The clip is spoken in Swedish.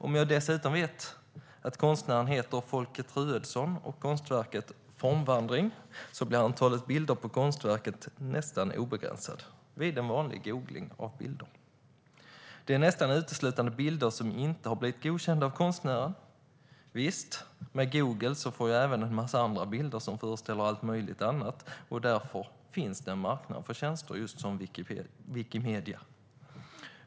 Om jag dessutom vet att konstnären heter Folke Truedsson och konstverket Formvandring blir antalet bilder på konstverket nästan obegränsat vid en vanlig googling. Detta är nästan uteslutande bilder som inte har blivit godkända av konstnären. Visst, med Google får jag även fram en massa andra bilder som föreställer allt möjligt annat, och därför finns det en marknad för tjänster som Wikimedia.